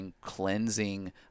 cleansing